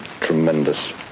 tremendous